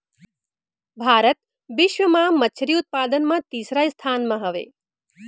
भारत बिश्व मा मच्छरी उत्पादन मा तीसरा स्थान मा हवे